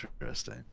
interesting